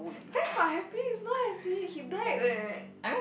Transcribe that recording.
where got happy it's not happy he died eh